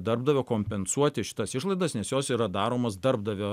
darbdavio kompensuoti šitas išlaidas nes jos yra daromos darbdavio